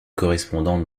correspondante